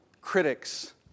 critics